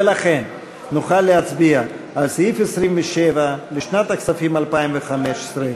ולכן נוכל להצביע על סעיף 27 לשנת הכספים 2015,